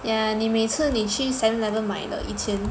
yeah 你每次你去 seven eleven 买的以前